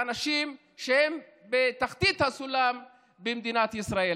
האנשים שהם בתחתית הסולם במדינת ישראל,